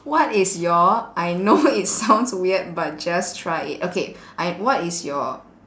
what is your I know it sounds weird but just try it okay I what is your